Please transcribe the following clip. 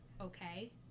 okay